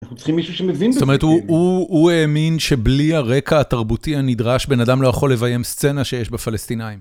אנחנו צריכים מישהו שמבין בזה. -זאת אומרת, הוא, הוא, הוא האמין שבלי הרקע התרבותי הנדרש, בן אדם לא יכול לביים סצנה שיש בה פלסטינאים.